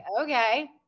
okay